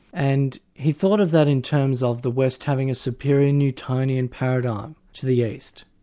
and he thought of that in terms of the west having a superior newtonian paradigm to the east,